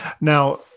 Now